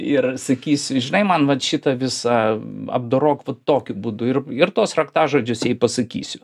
ir sakysiu žinai man vat šitą visą apdorok tokiu būdu ir ir tuos raktažodžius jai pasakysiu